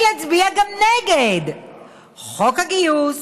ולהצביע גם נגד חוק הגיוס,